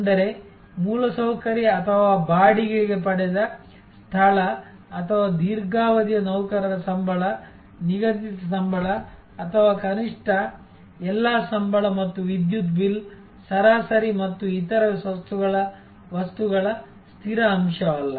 ಅಂದರೆ ಮೂಲಸೌಕರ್ಯ ಅಥವಾ ಬಾಡಿಗೆಗೆ ಪಡೆದ ಸ್ಥಳ ಅಥವಾ ದೀರ್ಘಾವಧಿಯ ನೌಕರರ ಸಂಬಳ ನಿಗದಿತ ಸಂಬಳ ಅಥವಾ ಕನಿಷ್ಠ ಎಲ್ಲಾ ಸಂಬಳ ಮತ್ತು ವಿದ್ಯುತ್ ಬಿಲ್ ಸರಾಸರಿ ಮತ್ತು ಇತರ ವಸ್ತುಗಳ ಸ್ಥಿರ ಅಂಶವಲ್ಲ